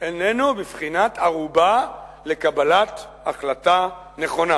איננו בבחינת ערובה לקבלת החלטה נכונה,